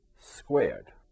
squared